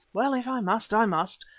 well, if i must, i must,